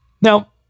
Now